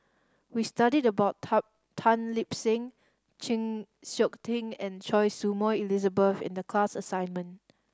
we studied about Tan Tan Lip Seng Chng Seok Tin and Choy Su Moi Elizabeth in the class assignment